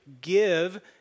give